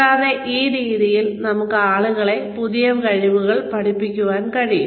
കൂടാതെ ഈ രീതിയിൽ നമുക്ക് ആളുകളെ പുതിയ കഴിവുകൾ പഠിപ്പിക്കാൻ കഴിയും